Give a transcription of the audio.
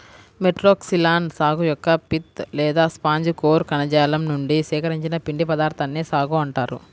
Metroxylon సాగు యొక్క pith లేదా స్పాంజి కోర్ కణజాలం నుండి సేకరించిన పిండి పదార్థాన్నే సాగో అంటారు